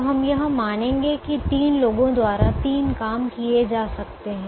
तो हम यह मानेंगे कि तीन लोगों द्वारा तीन काम किए जा सकते है